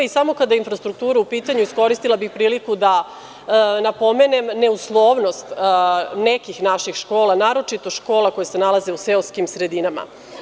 Samo kada je infrastruktura u pitanju, iskoristila bih priliku da napomenem neuslovnost nekih naših škola, naročito škola koje se nalaze u seoskim sredinama.